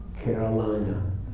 Carolina